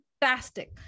fantastic